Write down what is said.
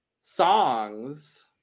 songs